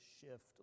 shift